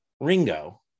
Ringo